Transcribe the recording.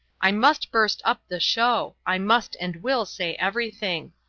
i must burst up the show i must and will say everything.